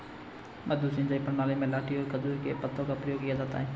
मद्दू सिंचाई प्रणाली में लाठी और खजूर के पत्तों का प्रयोग किया जाता है